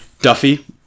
Duffy